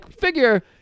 figure